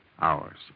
hours